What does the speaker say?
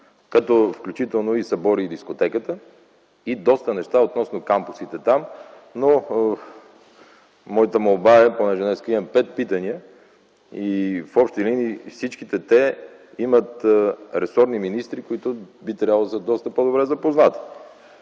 там, включително събори дискотеката, има и доста неща относно кампусите. Моята молба е, понеже днес имам пет питания, в общи линии всички те имат ресорни министри, които би трябвало да са доста по-добре запознати.